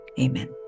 amen